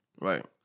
Right